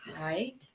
right